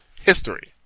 history